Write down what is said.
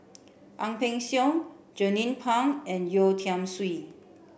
Ang Peng Siong Jernnine Pang and Yeo Tiam Siew